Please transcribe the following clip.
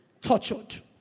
tortured